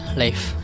life